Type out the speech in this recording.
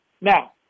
Now